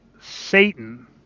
Satan